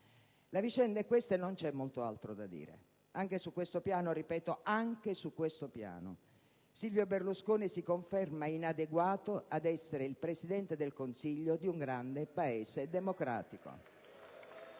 La vicenda è questa e non c'è molto altro da dire. Anche su tale piano - e lo ripeto - Silvio Berlusconi si conferma inadeguato ad essere il Presidente del Consiglio di un grande Paese democratico!